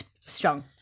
Strong